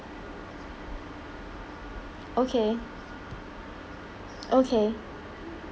okay okay